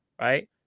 Right